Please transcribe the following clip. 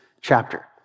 chapter